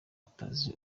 atazi